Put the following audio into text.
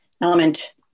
element